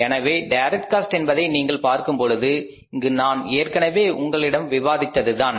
எனவே direct cost என்பதை நீங்கள் பார்க்கும் பொழுது இங்கு நான் ஏற்கனவே உங்களிடம் விவாதித்ததுதான்